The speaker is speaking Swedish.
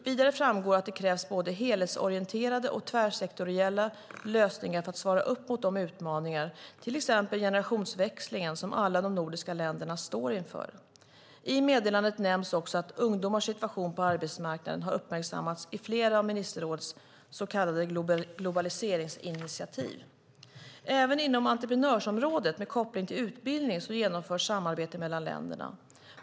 Vidare framgår att det krävs både helhetsorienterade och tvärsektoriella lösningar för att svara upp mot de utmaningar, till exempel generationsväxlingen, som alla de nordiska länderna står inför. I meddelandet nämns också att ungdomarnas situation på arbetsmarknaden har uppmärksammats i flera av ministerrådets så kallade globaliseringsinitiativ. Även inom entreprenörsområdet med koppling till utbildning genomförs samarbete mellan länderna.